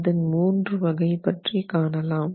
அதன் 3 வகை பற்றி காணலாம்